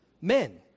men